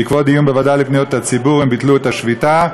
בעקבות דיון בוועדה לפניות הציבור הם ביטלו את השביתה.